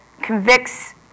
convicts